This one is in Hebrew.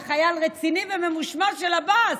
וחייל רציני וממושמע של עבאס.